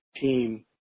team